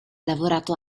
lavorato